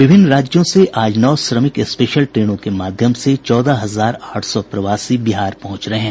विभिन्न राज्यों से आज नौ श्रमिक स्पेशल ट्रेनों के माध्यम से चौदह हजार आठ सौ प्रवासी बिहार पहुंच रहे हैं